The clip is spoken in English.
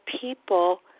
people